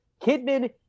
Kidman